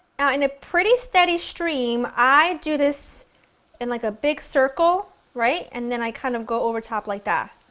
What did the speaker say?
in a pretty steady stream, i do this in like a big circle, right and then i kind of go over top like that.